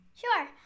Sure